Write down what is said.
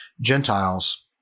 Gentiles